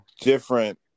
Different